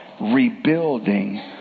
rebuilding